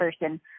person